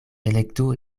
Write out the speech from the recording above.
elektu